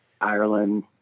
Ireland